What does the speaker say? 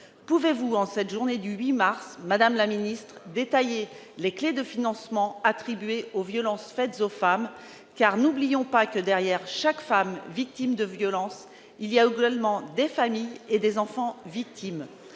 d'État, en cette journée du 8 mars, pouvez-vous détailler les clés des financements attribués aux violences faites aux femmes ? N'oublions pas que derrière chaque femme victime de violence, il y a également des familles et des enfants victimes.